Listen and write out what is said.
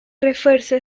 refuerzo